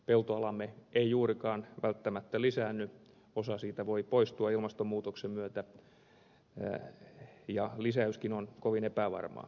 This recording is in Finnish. peltoalamme ei juurikaan välttämättä lisäänny osa siitä voi poistua ilmastonmuutoksen myötä ja lisäyskin on kovin epävarmaa